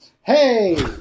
hey